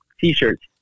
t-shirts